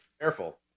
Careful